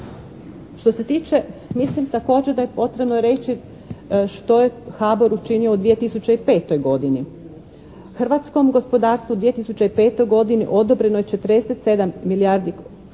Što se tiče, mislim također da je potrebno reći što je HBOR učinio u 2005. godini. Hrvatskom gospodarstvu u 2005. godini odobreno je 47 milijardi kuna